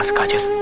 kajal!